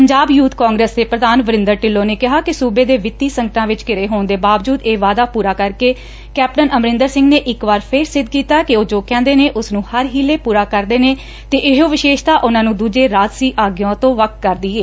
Punjab youth Congress ਦੇ ਪੁਧਾਨ ਬਰਿੰਦਰ ਢਿੱਲੋ ਨੇ ਕਿਹਾ ਕਿ ਸੁਬੇ ਦੇ ਵਿੱਤੀ ਸੰਕਟਾਂ ਵਿੱਚ ਘਿਰੇ ਹੋਣ ਦੇ ਬਾਵਜੁਦ ਇਹ ਵਾਅਦਾ ਪੂਰਾ ਕਰ ਕੇ ਕੈਪਟਨ ਅਮਰਿੰਦਰ ਸਿੰਘ ਨੇ ਇਕ ਵਾਰ ਫੇਰ ਸਿੱਧ ਕੀਤੈ ਕਿ ਉਹ ਜੋ ਕਹਿੰਦੇ ਨੇ ਉਸ ਨੂੰ ਹਰ ਹੀਲੇ ਪੂਰਾ ਕਰਦੇ ਨੇ ਅਤੇ ਇਹੋ ਵਿਸ਼ੇਸ਼ਤਾ ਉਨਾਂ ਨੂੰ ਦੁਜੇ ਰਾਜਸੀ ਆਗੁਆਂ ਤੋਂ ਵੱਖ ਕਰਦੀ ਐ